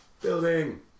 Building